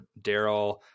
Daryl